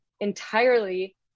entirely